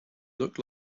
look